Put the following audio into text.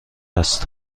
است